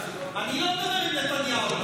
אני לא מדבר עם נתניהו,